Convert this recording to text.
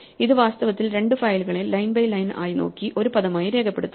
ഇത് വാസ്തവത്തിൽ രണ്ട് ഫയലുകളെ ലൈൻ ബൈ ലൈൻ ആയി നോക്കി ഒരു പദമായി രേഖപ്പെടുത്തുന്നു